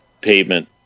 pavement